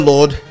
Lord